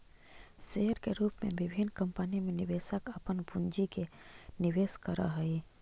share के रूप में विभिन्न कंपनी में निवेशक अपन पूंजी के निवेश करऽ हइ